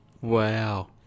Wow